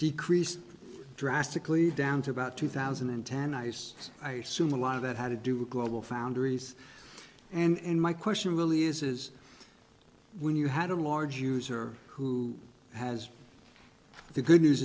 decreased drastically down to about two thousand and ten ice sume a lot of that had to do with global foundries and my question really is is when you had a large user who has the good news